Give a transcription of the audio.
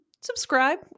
subscribe